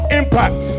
impact